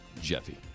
Jeffy